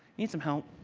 need some help?